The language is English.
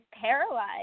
paralyzed